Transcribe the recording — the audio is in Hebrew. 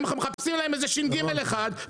הם מחפשים להם איזה ש"ג אחד,